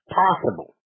possible